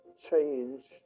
change